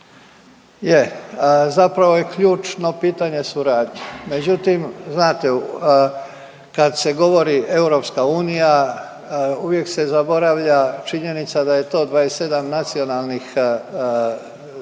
Je, zapravo je ključno pitanje suradnja. Međutim, znate, kad se govori EU, uvijek se zaboravlja činjenica da je to 27 nacionalnih država